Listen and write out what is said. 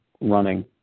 running